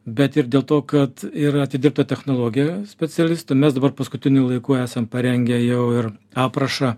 bet ir dėl to kad yra atidirbta technologija specialistų mes dabar paskutiniu laiku esam parengę jau ir aprašą